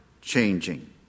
changing